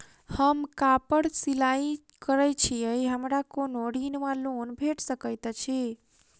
हम कापड़ सिलाई करै छीयै हमरा कोनो ऋण वा लोन भेट सकैत अछि?